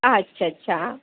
अच्छा अच्छा